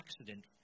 accident